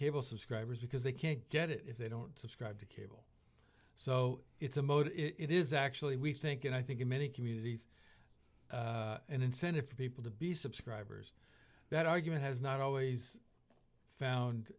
cable subscribers because they can't get it if they don't subscribe to cable so it's a mode it is actually we think and i think in many communities an incentive for people to be subscribers that argument has not always found